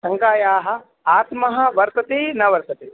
शङ्कायाः आत्मा वर्तते न वर्तते